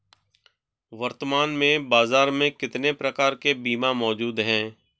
वर्तमान में बाज़ार में कितने प्रकार के बीमा मौजूद हैं?